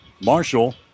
Marshall